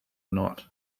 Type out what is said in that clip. not